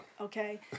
Okay